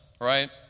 right